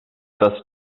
thus